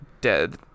dead